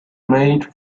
made